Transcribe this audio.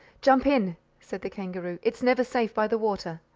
jump in said the kangaroo, it's never safe by the water,